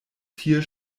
tier